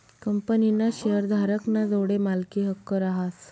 कंपनीना शेअरधारक ना जोडे मालकी हक्क रहास